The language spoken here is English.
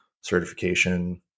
certification